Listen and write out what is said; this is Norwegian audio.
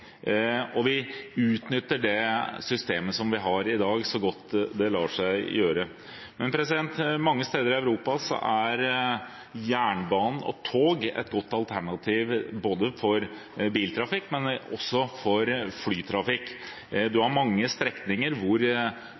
og vi utnytter det systemet vi har i dag, så godt det lar seg gjøre. Mange steder i Europa er jernbane og tog et godt alternativ til både biltrafikk og flytrafikk. Man har mange strekninger hvor